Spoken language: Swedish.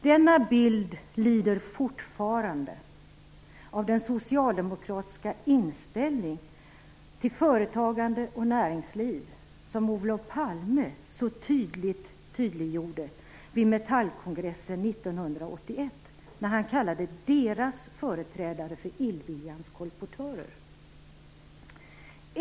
Denna bild lider fortfarande av den socialdemokratiska inställning till företagande och näringsliv som Olof Palme tydliggjorde vid Metallkongressen 1981, när han kallade deras företrädare för "illviljans kolportörer".